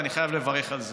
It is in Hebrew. ואני חייב לברך על זה.